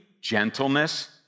gentleness